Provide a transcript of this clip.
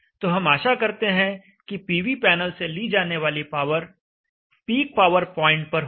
तो हम आशा करते हैं कि पीवी पैनल से ली जाने वाली पावर पीक पावर पॉइंट पर होगी